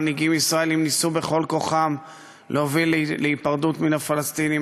מנהיגים ישראלים ניסו בכל כוחם להוביל להיפרדות מן הפלסטינים,